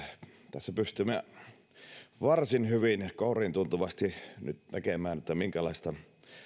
tässä pystyy varsin hyvin kouriintuntuvasti nyt näkemään minkälaista